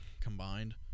combined